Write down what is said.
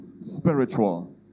spiritual